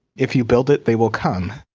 if you build it, they will come.